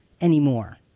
anymore